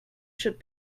should